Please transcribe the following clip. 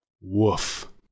Woof